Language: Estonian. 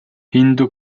hindu